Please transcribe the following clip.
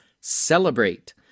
Celebrate